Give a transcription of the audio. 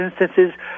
instances